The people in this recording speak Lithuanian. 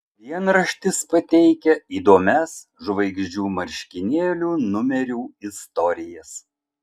dienraštis pateikia įdomias žvaigždžių marškinėlių numerių istorijas